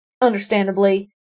understandably